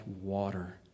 water